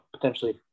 potentially